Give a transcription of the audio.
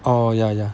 oh ya ya